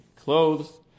clothes